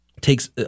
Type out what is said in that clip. takes